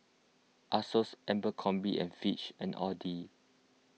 Asos Abercrombieand and Fitch and Audi